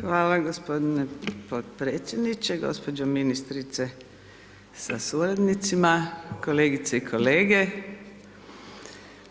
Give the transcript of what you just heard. Hvala gospodine podpredsjedniče, gospođo ministrice sa suradnicima, kolegice i kolege,